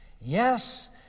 yes